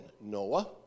Noah